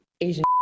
Asian